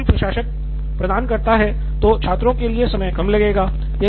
यदि स्कूल प्रशासक प्रदान करता है तो छात्रों के लिए समय कम लगेगा